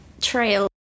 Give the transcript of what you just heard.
trail